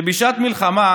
שבשעת מלחמה,